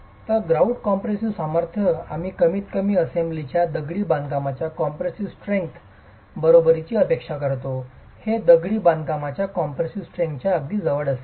तर grout compressive सामर्थ्य आम्ही कमीतकमी असेंबलीच्या दगडी बांधकामाच्या कॉम्प्रेसीव स्ट्रेंग्थ बरोबरीची अपेक्षा करतो हे दगडी बांधकामांच्या कॉम्प्रेसीव स्ट्रेंग्थच्या अगदी जवळ असेल